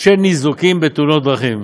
של ניזוקים בתאונות דרכים.